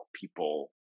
people